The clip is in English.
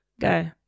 Go